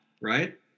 right